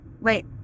wait